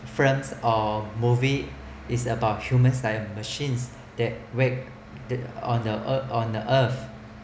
films or movie is about humans style machines that were the on the on the earth